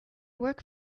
work